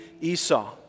Esau